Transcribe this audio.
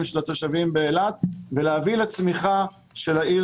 של התושבים באילת ולהביא לצמיחה של העיר,